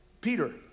Peter